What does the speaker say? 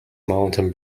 mountain